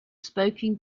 spoken